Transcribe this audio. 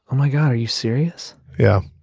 my god. are you serious? yeah